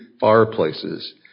fireplaces